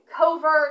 covert